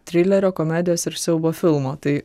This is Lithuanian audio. trilerio komedijos ir siaubo filmo tai